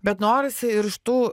bet norisi ir iš tų